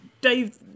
Dave